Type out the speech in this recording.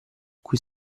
cui